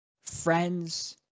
friends